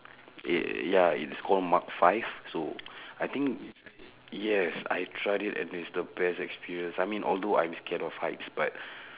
yeah ya it's called mark five so I think yes I tried it and it's the best experience I mean although I'm scared of heights but